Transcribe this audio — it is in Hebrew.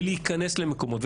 ולהיכנס למקומות,